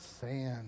sand